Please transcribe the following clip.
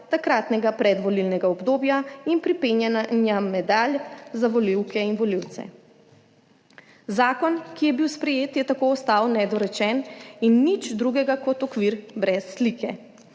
takratnega predvolilnega obdobja in pripenjanja medalj za volivke in volivce. Zakon, ki je bil sprejet, je tako ostal nedorečen in nič drugega kot okvir brez slike.